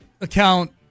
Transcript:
account